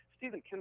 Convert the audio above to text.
Stephen